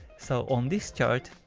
so, on this chart,